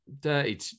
dirty